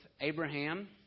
Abraham